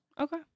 Okay